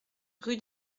rue